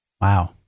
Wow